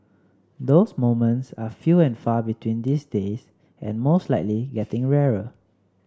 those moments are few and far between these days and most likely getting rarer